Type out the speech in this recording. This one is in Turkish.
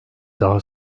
daha